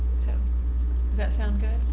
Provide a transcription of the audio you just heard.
so does that sound good?